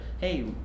hey